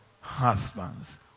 husbands